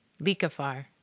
Likafar